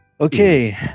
Okay